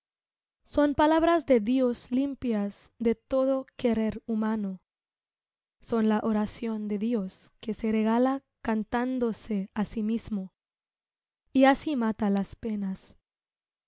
son palabras de dios limpias de todo querer humano son la oración de dios que se regala cantándose á si mismo y asi mata las penas